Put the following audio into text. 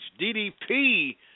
DDP